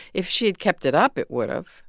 if she had kept it up, it would have,